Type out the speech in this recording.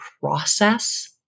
process